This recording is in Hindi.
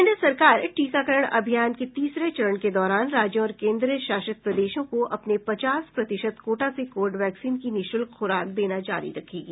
केंद्र सरकार टीकाकरण अभियान के तीसरे चरण के दौरान राज्यों और केंद्र शासित प्रदेशों को अपने पचास प्रतिशत कोटा से कोविड वैक्सीन की निःशुल्क खुराक देना जारी रखेगी